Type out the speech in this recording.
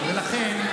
על כן,